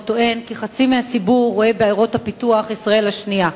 הטוען כי חצי מהציבור רואה בעיירות הפיתוח ישראל השנייה,